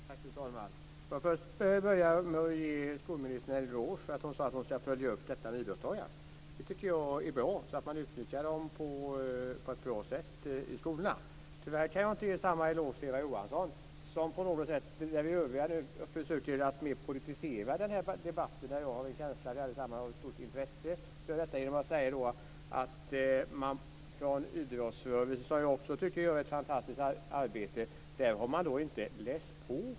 Fru talman! Får jag först börja med att ge skolministern en eloge för att hon sade att hon ska följa upp idrottsdagarna. Det tycker jag är bra, så att man utnyttjar dem på ett bra sätt i skolorna. Tyvärr kan jag inte ge samma eloge till Eva Johansson, som på något sätt försöker politisera den här debatten, som jag har en känsla av att vi allesammans har ett stort intresse för. Eva Johansson säger att man från idrottsrörelsens sida, som jag också tycker gör ett fantastiskt arbete, inte har läst på.